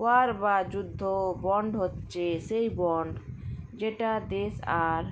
war বা যুদ্ধ bond হচ্ছে সেই বন্ড যেটা দেশ আর